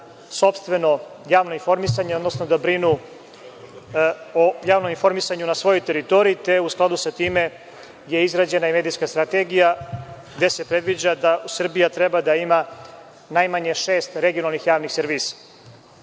sopstveno javno informisanje, odnosno da brinu o javnom informisanju na svojoj teritoriji, te je u skladu sa time izgrađena i medijska strategija gde se predviđa da Srbija treba da ima najmanje šest regionalnih javnih servisa. Suprotno